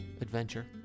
adventure